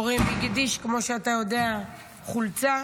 אורי מגידיש, כמו שאתה יודע, חולצה.